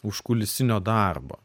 užkulisinio darbo